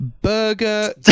burger